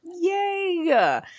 yay